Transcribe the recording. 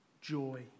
joy